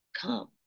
come